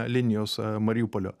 linijos mariupolio